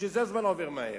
לכן הזמן עובר מהר.